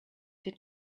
did